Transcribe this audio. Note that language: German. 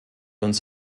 uns